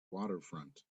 waterfront